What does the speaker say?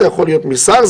זה יכול להיות משר,